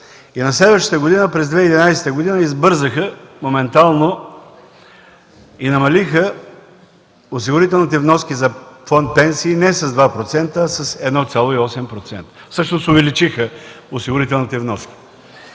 и на следващата година – 2011 г., избързаха моментално и намалиха осигурителните вноски за Фонд „Пенсии” не с 2%, а с 1.8% – всъщност увеличиха осигурителните вноски.